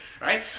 right